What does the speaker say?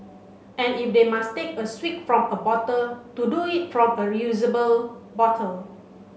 and if they must take a swig from a bottle to do it from a reusable bottle